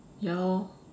ya lor